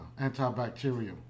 antibacterial